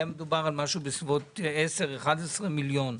היה מדובר על משהו בסביבות 10,11 מיליון.